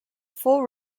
full